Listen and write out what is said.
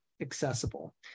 accessible